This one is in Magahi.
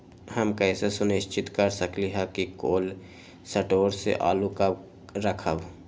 हम कैसे सुनिश्चित कर सकली ह कि कोल शटोर से आलू कब रखब?